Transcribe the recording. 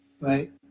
right